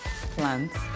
plants